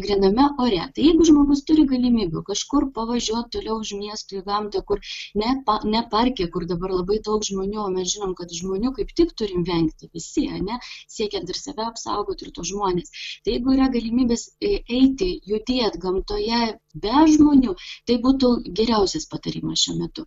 gryname ore jeigu žmogus turi galimybių kažkur pavažiuot toliau už miesto į gamtą kur ne ne parke kur dabar labai daug žmonių o mes žinom kad žmonių kaip tik turim vengti visi ane siekiant ir save apsaugot ir tuos žmones tai jeigu yra galimybės eiti judėt gamtoje be žmonių tai būtų geriausias patarimas šiuo metu